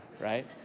right